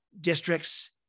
districts